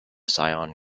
zion